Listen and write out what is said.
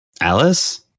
Alice